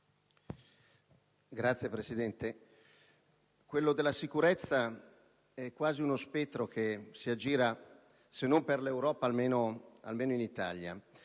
Signor Presidente, quello della sicurezza è quasi uno spettro che si aggira, se non per l'Europa, almeno in Italia.